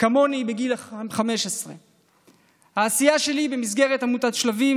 כמוני בגיל 15. העשייה שלי במסגרת עמותת שלבים,